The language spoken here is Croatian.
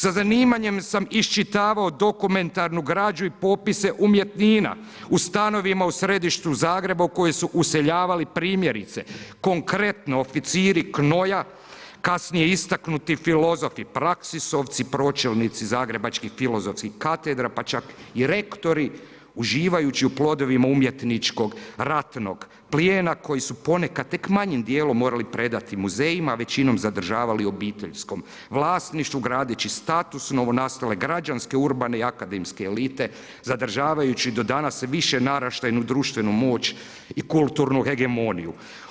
Sa zanimanjem sam iščitavao dokumentarnu građu i popise umjetnina u stanovima u središtu Zagreba u koje su useljavali primjerice, konkretno oficiri KNOJ-a, kasnije istaknuti filozofi, praksisovci, pročelnici zagrebačkih filozofskih katedra, pa čak i rektoru uživajući u plodovima umjetničkog ratnog plijena koji su ponekad tek manjim dijelom morali predati muzejima, većinom zadržavali u obiteljskom vlasništvu gradeći status novonastale građanske urbane i akademske elite, zadržavajući do danas više naraštajnu društvenu moć i kulturnu hegemoniju.